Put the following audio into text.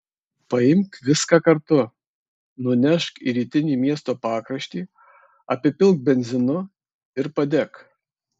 paimk viską kartu nunešk į rytinį miesto pakraštį apipilk benzinu ir padek